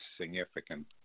significant